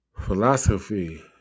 philosophy